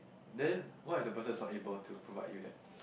then what if the person is not able to provide you that